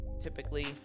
typically